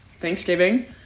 Thanksgiving